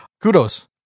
kudos